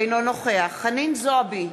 אינו נוכח חנין זועבי,